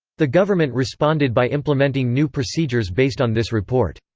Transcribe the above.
the government responded by implementing new procedures based on this report.